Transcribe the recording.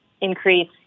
increase